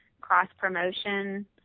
cross-promotion